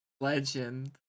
Legend